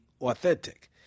authentic